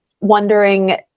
wondering